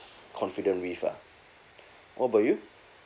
confident with ah what about you